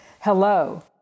Hello